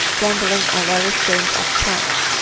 gambling and various games of chance.